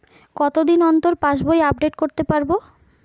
কতদিন অন্তর পাশবই আপডেট করতে পারব?